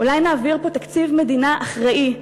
אולי נעביר פה תקציב מדינה אחראי,